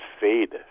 fade